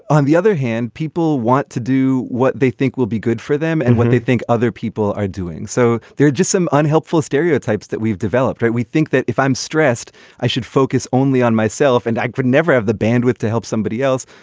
on the other hand people want to do what they think will be good for them and when they think other people are doing so they're just some unhelpful stereotypes that we've developed. we think that if i'm stressed i should focus only on myself and i could never have the bandwidth to help somebody else.